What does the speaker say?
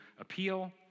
appeal